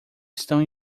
estão